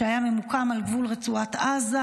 שהיה ממוקם על גבול רצועת עזה.